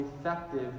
effective